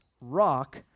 rock